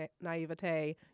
naivete